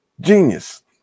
Genius